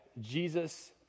Jesus